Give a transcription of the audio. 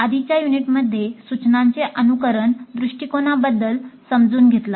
आधीच्या युनिटमध्ये सूचनांचे अनुकरण दृष्टिकोनाबद्दल समजून घेतले